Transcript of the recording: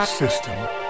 system